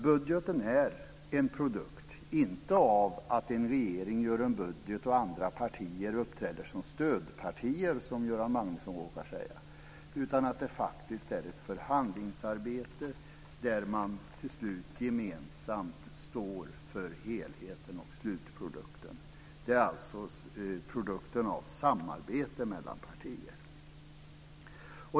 Budgeten är inte en produkt av att en regering gör en budget där andra partier uppträder som stödpartier, som Göran Magnusson råkade säga, utan det är faktiskt fråga om ett förhandlingsarbete där man till slut gemensamt står för helheten och slutprodukten. Det är alltså produkten av ett samarbete mellan partier.